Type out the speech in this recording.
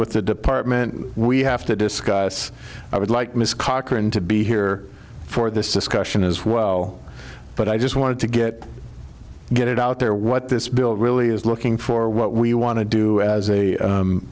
the department we have to discuss i would like ms cochran to be here for this discussion as well but i just wanted to get get it out there what this bill really is looking for what we want to do as a